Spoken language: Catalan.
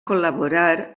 col·laborar